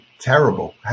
terrible